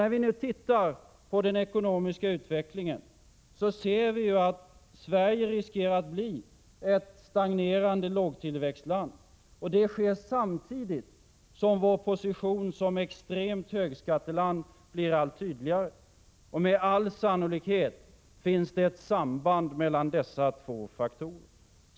När vi nu tittar på den ekonomiska utvecklingen ser vi ju att Sverige riskerar att bli ett stagnerande lågtillväxtland. Det sker samtidigt som vår position som extremt högskatteland blir allt tydligare. Med all sannolikhet finns det ett samband mellan dessa två faktorer.